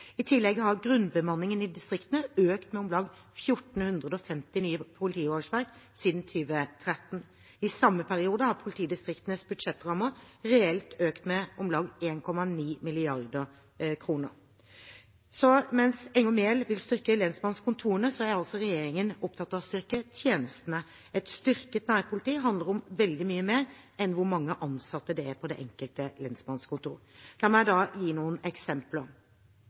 I tillegg har grunnbemanningen i distriktene økt med om lag 1 450 nye politiårsverk siden 2013. I samme periode har politidistriktenes budsjettrammer reelt økt med om lag 1,9 mrd. kr. Så mens Enger Mehl vil styrke lensmannskontorene, er altså regjeringen opptatt av å styrke tjenestene. Et styrket nærpoliti handler om veldig mye mer enn hvor mange ansatte det er på det enkelte lensmannskontor. La meg gi noen eksempler.